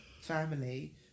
family